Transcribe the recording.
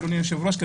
אדוני היושב-ראש,